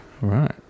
Right